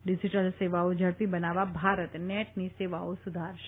digital સેવાઓ ઝડપી બનાવવા ભારત નેટની સેવાઓ સુધારાશે